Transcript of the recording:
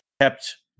kept